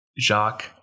Jacques